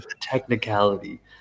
technicality